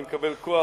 אני מקבל כוח.